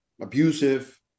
abusive